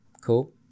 Cool